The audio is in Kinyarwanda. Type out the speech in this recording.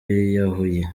yiyahuye